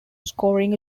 scoring